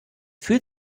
fühlt